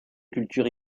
culture